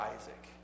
Isaac